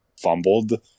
fumbled